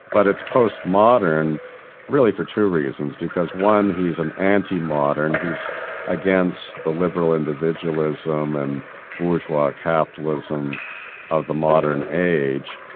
but it's postmodern really for two reasons, because, one he's an anti-modern, he's against the liberal individualism and bourgeois capitalism of the modern age.